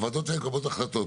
הוועדות האלה קובעות החלטות,